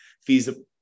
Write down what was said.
feasible